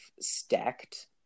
stacked